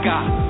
God